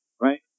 right